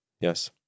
Yes